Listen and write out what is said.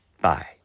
Bye